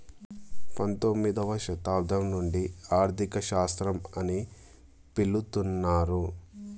పంతొమ్మిదవ శతాబ్దం నుండి ఆర్థిక శాస్త్రం అని పిలుత్తున్నరు